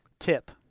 Tip